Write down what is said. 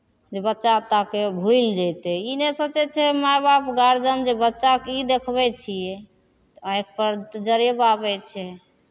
जे बच्चा ताकि भुलि जयतै ई नहि सोचै छै माय बाप गारजन जे बच्चाकेँ ई देखबै छियै तऽ आँखिपर तऽ जरेब आबै छै